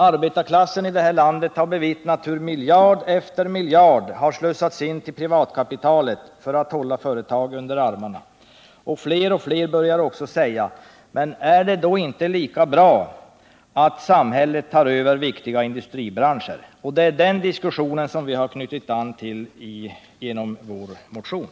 Arbetarklassen i det här landet har bevittnat hur miljard efter miljard har slussats in till privatkapitalet för att hålla företag under armarna. Fler och fler börjar också säga: Men är det då inte lika bra att samhället tar över viktiga industribranscher? Det är den diskussionen som vi har knutit an till genom vår motion.